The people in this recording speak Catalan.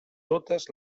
totes